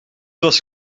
was